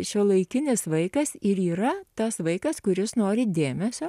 šiuolaikinis vaikas ir yra tas vaikas kuris nori dėmesio